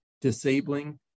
disabling